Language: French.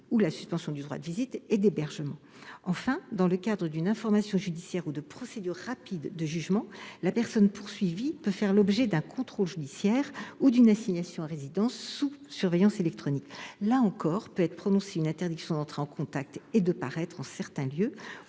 ou la suspension du droit de visite et d'hébergement. Enfin, dans le cadre d'une information judiciaire ou de procédures rapides de jugement, la personne poursuivie peut faire l'objet d'un contrôle judiciaire ou d'une assignation à résidence sous surveillance électronique. Là encore, peuvent être prononcées une interdiction d'entrer en contact et de paraître en certains lieux